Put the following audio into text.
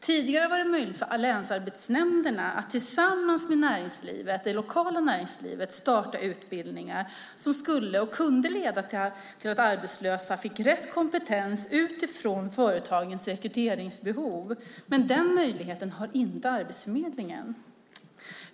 Tidigare var det möjligt för länsarbetsnämnderna att tillsammans med det lokala näringslivet starta utbildningar som kunde leda till att arbetslösa fick rätt kompetens utifrån företagens rekryteringsbehov, men den möjligheten har inte Arbetsförmedlingen.